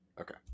Okay